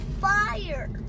fire